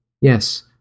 Yes